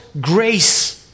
grace